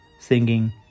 singing